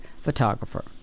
photographer